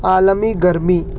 عالمی گرمی